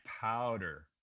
powder